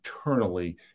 eternally